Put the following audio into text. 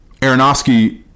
Aronofsky